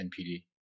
NPD